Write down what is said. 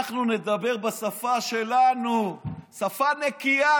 אנחנו נדבר בשפה שלנו, שפה נקייה.